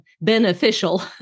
beneficial